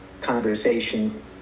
conversation